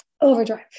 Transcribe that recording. Overdrive